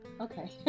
Okay